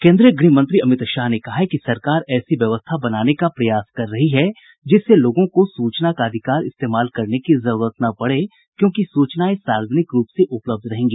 केंद्रीय गृहमंत्री अमित शाह ने कहा है कि सरकार ऐसी व्यवस्था बनाने का प्रयास कर रही है जिससे लोगों को सूचना का अधिकार इस्तेमाल करने की जरूरत न पड़े क्योंकि सूचनाएं सार्वजनिक रूप से उपलब्ध रहेंगी